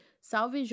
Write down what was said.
Salve